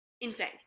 insane